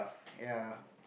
ya